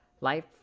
life